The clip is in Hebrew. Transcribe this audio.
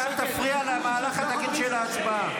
ואל תפריע למהלך התקין של ההצבעה.